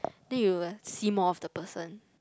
then you will see more of the person